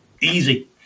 Easy